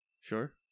Sure